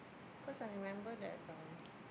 cause I remember that um